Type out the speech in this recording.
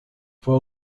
fue